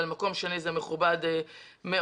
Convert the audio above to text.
מקום שני זה מקום מכובד מאוד.